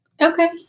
Okay